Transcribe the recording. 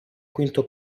quinto